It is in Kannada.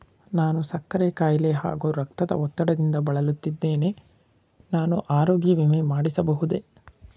ನಾನು ಸಕ್ಕರೆ ಖಾಯಿಲೆ ಹಾಗೂ ರಕ್ತದ ಒತ್ತಡದಿಂದ ಬಳಲುತ್ತಿದ್ದೇನೆ ನಾನು ಆರೋಗ್ಯ ವಿಮೆ ಮಾಡಿಸಬಹುದೇ?